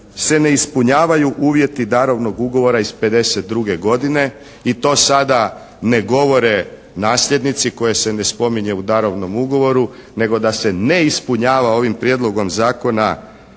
se ne ispunjavaju uvjeti darovnog ugovora iz '52. godine i to sada ne govore nasljednici koji se ne spominje u darovnog ugovoru nego da se ne ispunjava ovim prijedlogom zakona